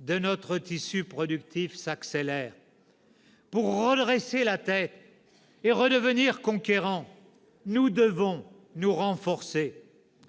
de notre tissu productif s'accélère. Pour redresser la tête et redevenir conquérants, nous devons nous renforcer.